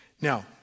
Now